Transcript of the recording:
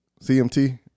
CMT